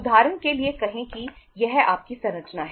उदाहरण के लिए कहें कि यह आपकी संरचना है